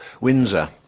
Windsor